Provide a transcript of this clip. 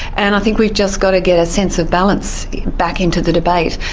and i think we've just got to get a sense of balance back into the debate.